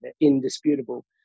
indisputable